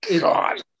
god